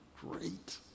great